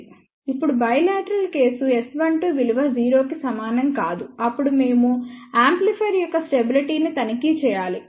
ఇప్పుడు bilateral case S12 విలువ 0 కి సమానం కాదు అప్పుడు మేము యాంప్లిఫైయర్ యొక్క స్టెబిలిటీ ని తనిఖీ చేయాలి